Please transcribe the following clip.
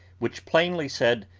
which plainly said,